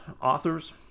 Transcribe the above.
authors